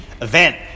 event